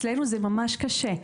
אצלנו זה ממש קשה.